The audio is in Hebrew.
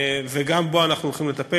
וגם בו אנחנו הולכים לטפל.